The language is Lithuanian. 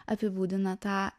apibūdina tą